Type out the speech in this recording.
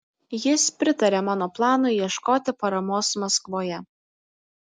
jis pritarė mano planui ieškoti paramos maskvoje